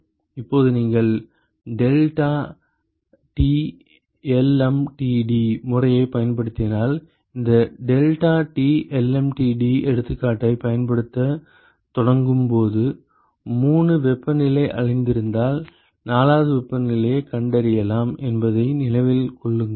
இப்போது நீங்கள் deltaTlmtd முறையைப் பயன்படுத்தினால் இந்த deltaTlmtd எடுத்துக்காட்டைப் பயன்படுத்தத் தொடங்கும் போது 3 வெப்பநிலையை அறிந்தால் 4வது வெப்பநிலையைக் கண்டறியலாம் என்பதை நினைவில் கொள்ளுங்கள்